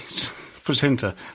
presenter